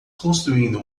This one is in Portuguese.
construindo